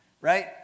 right